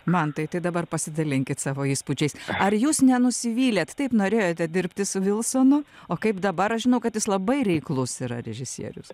man tai tik dabar pasidalinkit savo įspūdžiais ar jūs nenusivylėte taip norėjote dirbti su vilsonu o kaip dabar aš žinau kad jis labai reiklus yra režisierius